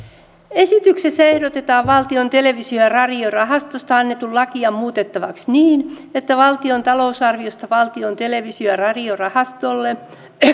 esityksessä ehdotetaan valtion televisio ja radiorahastosta annettua lakia muutettavaksi niin että valtion talousarviosta valtion televisio ja radiorahastolle